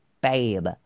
babe